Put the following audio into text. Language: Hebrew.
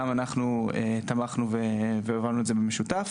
גם אנחנו תמכנו והובלנו את זה במשותף.